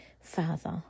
Father